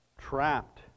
trapped